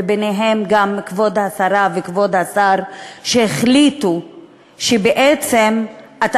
וביניהם גם את כבוד השרה וכבוד השר שהחליטו שבעצם אתה